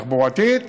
תחבורתית.